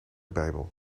bijbel